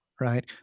right